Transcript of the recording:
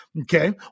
Okay